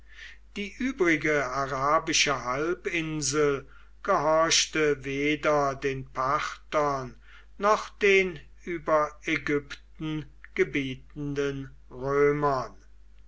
die übrige arabische halbinsel gehorchte weder den parthern noch den über ägypten gebietenden römern